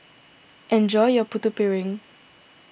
enjoy your Putu Piring